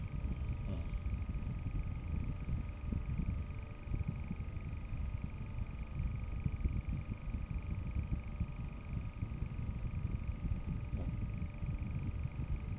mm